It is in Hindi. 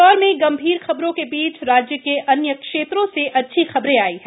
इंदौर में गंभीर खबरों के बीच राज्य के अन्य क्षेत्रों से अच्छी खबरें आई हैं